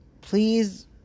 Please